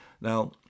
Now